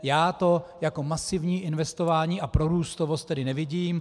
Já to jako masivní investování a prorůstovost tedy nevidím.